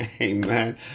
Amen